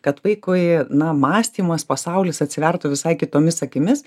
kad vaikui na mąstymas pasaulis atsivertų visai kitomis akimis